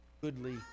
goodly